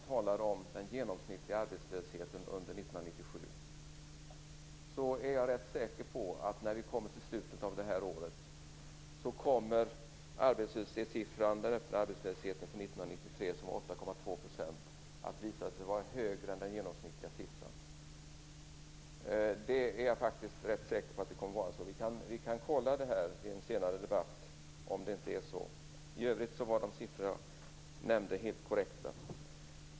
När det gäller den genomsnittliga arbetslösheten under 1997 är jag rätt säker på att i slutet av året kommer arbetslöshetssiffran för den öppna arbetslösheten 1993 - 8,2 %- att visa sig vara högre än den genomsnittliga siffran för 1997. Jag är säker på att det kommer att vara så. Vi kan kolla detta i en senare debatt. I övrigt var de siffror som jag nämnde helt korrekta.